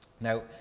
Now